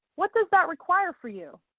what does that require for you?